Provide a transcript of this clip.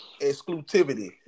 exclusivity